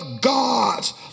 God's